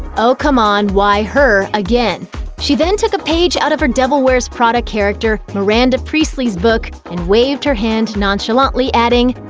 oh, come on why, her! again she then took a page out of her devil wears prada character miranda priestly's book and waved her hand nonchalantly, adding,